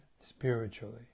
spiritually